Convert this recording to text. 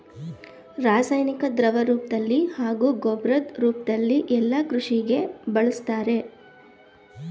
ರಾಸಾಯನಿಕನ ದ್ರವರೂಪ್ದಲ್ಲಿ ಹಾಗೂ ಗೊಬ್ಬರದ್ ರೂಪ್ದಲ್ಲಿ ಯಲ್ಲಾ ಕೃಷಿಗೆ ಬಳುಸ್ತಾರೆ